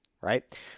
right